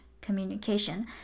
Communication